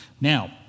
Now